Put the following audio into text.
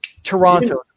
Toronto